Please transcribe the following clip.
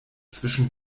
zwischen